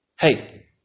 Hey